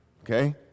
Okay